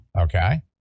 Okay